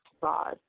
God